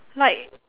like